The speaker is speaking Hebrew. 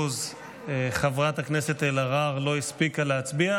חברת הכנסת אלהרר לא הספיקה להצביע,